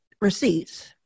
receipts